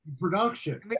production